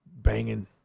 banging